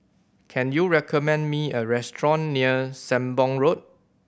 can you recommend me a restaurant near Sembong Road